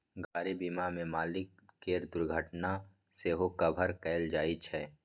गाड़ी बीमा मे मालिक केर दुर्घटना सेहो कभर कएल जाइ छै